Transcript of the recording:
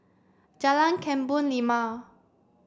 Jalan Kebun Limau